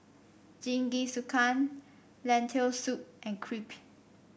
Jingisukan Lentil Soup and Crepe